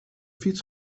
fiets